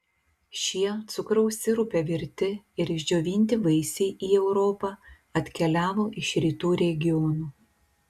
šie cukraus sirupe virti ir išdžiovinti vaisiai į europą atkeliavo iš rytų regionų